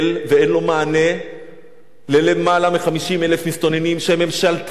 בו מענה ללמעלה מ-50,000 מסתננים שממשלתכם,